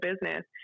business